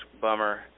bummer